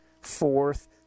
Fourth